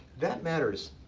that matters.